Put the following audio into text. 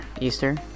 Easter